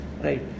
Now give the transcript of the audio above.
right